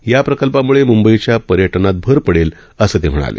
या प्रकल्पामुळे मुंबईच्या पर्यटनात भर पडेल असं ते म्हणाले